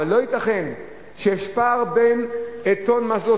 אבל לא ייתכן שיש פער בין טונה מזוט,